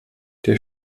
der